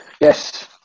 Yes